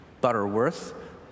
Butterworth